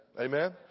Amen